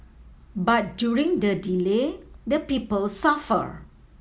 but during the delay the people suffer